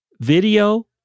Video